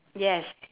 yes